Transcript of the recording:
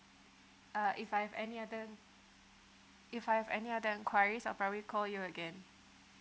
uh if I've any other if I've any other enquiries I probably call you again